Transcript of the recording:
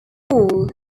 wall